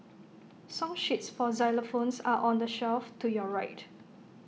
song sheets for xylophones are on the shelf to your right